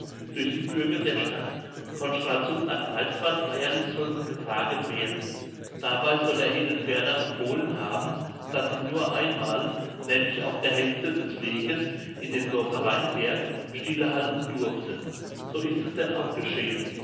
durch die bürger der stadt von stralsund nach greifswald feierlich sollten getragen werden dabei soll er ihnen ferner befohlen haben daß sie nur einmal nämlich auf der hälfte des weges in dem dorfe rheinberg stille halten durften so ist es denn auch geschehen